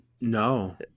No